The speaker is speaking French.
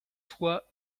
soi